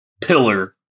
pillar